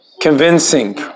convincing